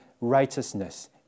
righteousness